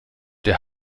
der